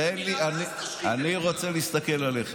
אני רוצה להסתכל עליכם.